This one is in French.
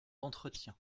d’entretien